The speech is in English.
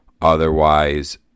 otherwise